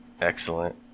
Excellent